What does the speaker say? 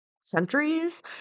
centuries